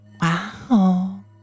Wow